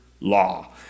law